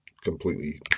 completely